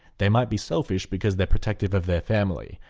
they might be selfish because they're protective of their family,